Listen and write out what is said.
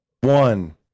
one